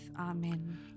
Amen